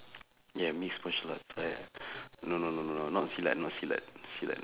ya mixed marital arts right no no no no no not silat not silat silat